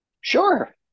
Sure